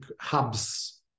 hubs